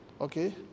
Okay